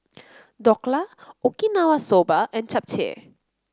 Dhokla Okinawa Soba and Japchae